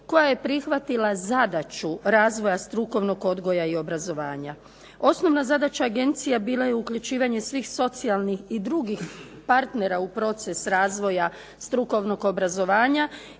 koja je prihvatila zadaću razvoja strukovnog odgoja i obrazovanja. Osnovna zadaća Agencije bila je uključivanje svih socijalnih i drugih partnera u proces razvoja strukovnog obrazovanja